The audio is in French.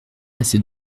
assez